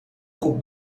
خوب